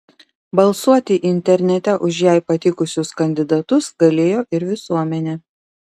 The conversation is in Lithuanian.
balsuoti internete už jai patikusius kandidatus galėjo ir visuomenė